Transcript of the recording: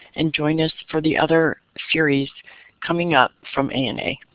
and join us for the other series coming up from ana.